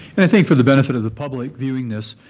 and i think for the benefit of the public viewing this,